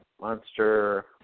Monster